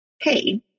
hey